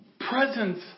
presence